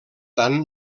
tant